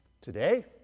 today